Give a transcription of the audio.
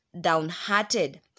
downhearted